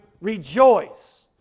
rejoice